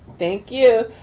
thank you.